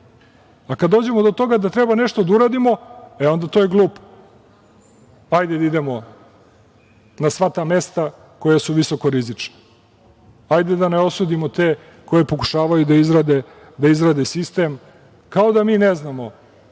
a kada dođemo do toga da treba nešto da uradimo, onda je to glupo. Hajde da idemo na sva ta mesta koja su visoko rizična, hajde da ne osudimo te koji pokušavaju da izrade sistem, kao da mi ne znamo.